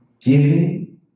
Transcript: Giving